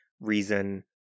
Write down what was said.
reason